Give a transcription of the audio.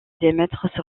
diamètre